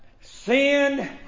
Sin